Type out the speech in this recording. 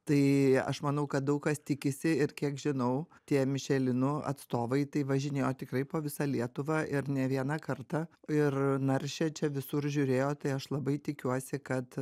tai aš manau kad daug kas tikisi ir kiek žinau tie mišelino atstovai tai važinėjo tikrai po visą lietuvą ir ne vieną kartą ir naršė čia visur žiūrėjo tai aš labai tikiuosi kad